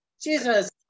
Jesus